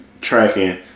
tracking